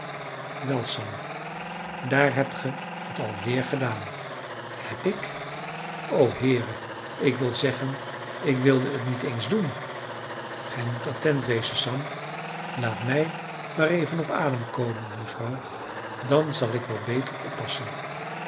wel sam daar hebt gij het al weer gedaan heb ik o heere ik wil zeggen ik wilde het niet eens doen gij moet attent wezen sam laat mij maar even op adem komen mevrouw dan zal ik wel beter oppassen